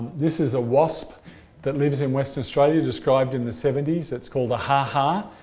this is a wasp that lives in western australia described in the seventy s. it's called aha ha.